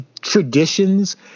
traditions